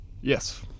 Yes